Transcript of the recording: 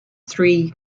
three